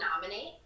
nominate